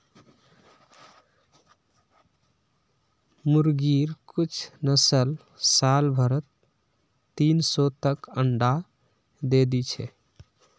मुर्गिर कुछ नस्ल साल भरत तीन सौ तक अंडा दे दी छे